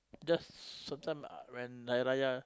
just some time when Hari Raya